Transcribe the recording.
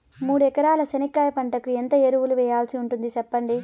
మూడు ఎకరాల చెనక్కాయ పంటకు ఎంత ఎరువులు వేయాల్సి ఉంటుంది సెప్పండి?